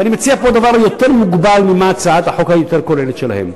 ואני מציע פה דבר יותר מוגבל מהצעת החוק היותר-כוללת שלהם.